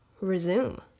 resume